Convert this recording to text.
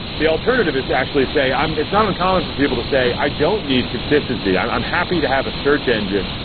the alternative is to actually say it's not uncommon for people to say, i don't need consistency, and i'm happy to have a search engine.